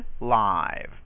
live